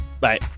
Bye